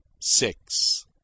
six